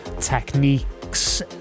techniques